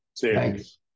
Thanks